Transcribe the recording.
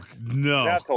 no